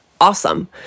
Awesome